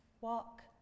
walk